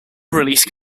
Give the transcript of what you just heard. released